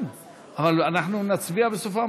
אבל אנחנו נצביע בסוף?